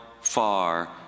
far